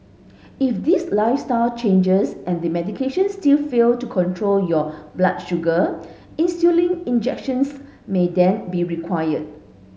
if these lifestyle changes and the medication still fail to control your blood sugar insulin injections may then be required